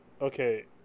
Okay